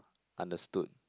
understood